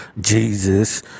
Jesus